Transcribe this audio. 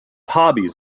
hobbies